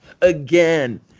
again